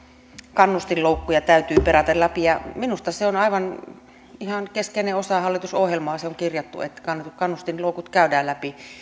kannustinloukkuja täytyy perata läpi minusta se on ihan keskeinen osa hallitusohjelmaa se on kirjattu että kannustinloukut käydään läpi